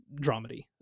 dramedy